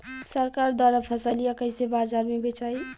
सरकार द्वारा फसलिया कईसे बाजार में बेचाई?